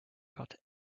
got